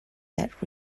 that